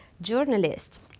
journalists